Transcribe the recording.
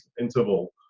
interval